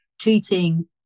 treating